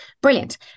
brilliant